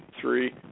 three